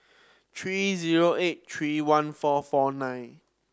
three zero eight three one four four nine